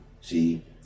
see